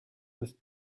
with